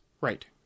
right